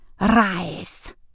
Rise